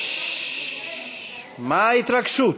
מה ההתרגשות?